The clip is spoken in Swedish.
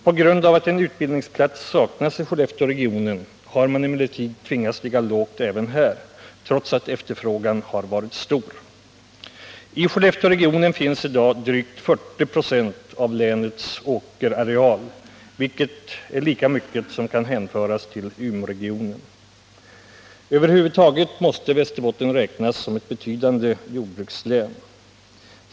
På grund av att en utbildningsplats saknats i Skellefteåregionen har man emellertid tvingats ligga lågt även här, trots att efterfrågan varit stor. I Skellefteåregionen finns i dag drygt 40 96 av länets åkerareal, vilket är lika mycket som den areal som kan hänföras till Umeåregionen. Över huvud taget måste Västerbotten räknas som ett betydande jordbrukslän.